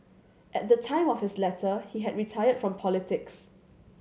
at the time of his letter he had retired from politics